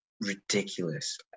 ridiculous